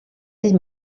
ell